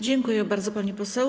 Dziękuję bardzo, pani poseł.